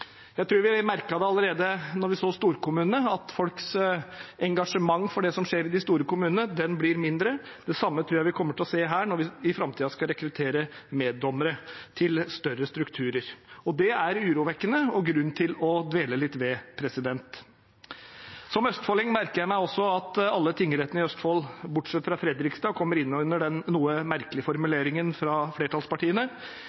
Jeg tror vi merket det allerede da vi så storkommunene, at folks engasjement for det som skjer i de store kommunene, blir mindre. Det samme tror jeg vi kommer til å se her når vi i framtiden skal rekruttere meddommere til større strukturer. Det er urovekkende og grunn til å dvele litt ved. Som østfolding merker jeg meg også at alle tingrettene i Østfold, bortsett fra Fredrikstad, kommer inn under den noe merkelige